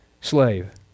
slave